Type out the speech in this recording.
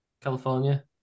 California